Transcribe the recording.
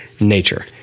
nature